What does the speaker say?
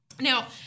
Now